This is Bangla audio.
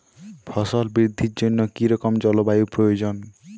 ফসল বৃদ্ধির জন্য কী রকম জলবায়ু প্রয়োজন?